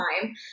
time